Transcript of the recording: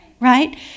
right